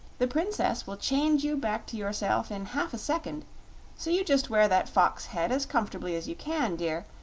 the princess will change you back to yourself in half a second so you just wear that fox head as comf't'bly as you can, dear,